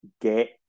get